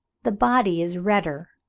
the body is redder,